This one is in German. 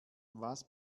was